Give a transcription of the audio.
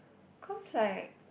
cause like